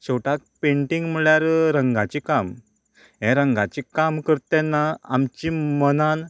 शेवटाक पेंटींग म्हणल्यार रंगांचें काम हें रंगांचें काम करता तेन्ना आमचें मनांत